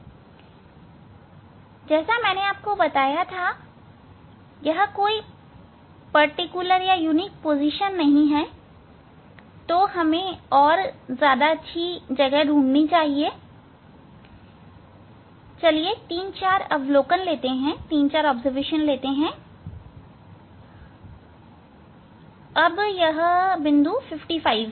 08 जैसा मैंने आपको बताया था यह कोई विशेष स्थिति नहीं है तो हमें और बेहतर जगह ढूंढनी चाहिए 3 4 अवलोकन लेते हैं अब यह 55 बिंदु पर है